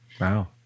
Wow